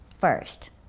first